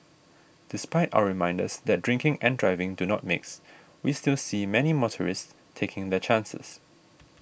despite our reminders that drinking and driving do not mix we still see many motorists taking their chances